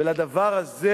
ולדבר הזה,